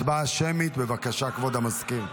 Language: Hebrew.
הצבעה שמית בבקשה כבוד המזכיר.